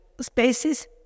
spaces